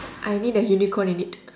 I'll need a unicorn in it